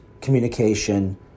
communication